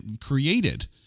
created